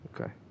Okay